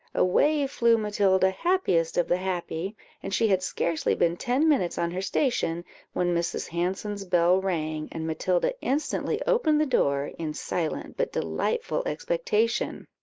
away flew matilda, happiest of the happy and she had scarcely been ten minutes on her station when mrs. hanson's bell rang, and matilda instantly opened the door, in silent but delightful expectation.